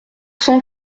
cent